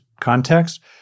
context